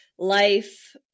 Life